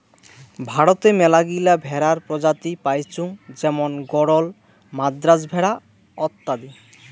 ভারতে মেলাগিলা ভেড়ার প্রজাতি পাইচুঙ যেমন গরল, মাদ্রাজ ভেড়া অত্যাদি